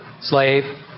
Slave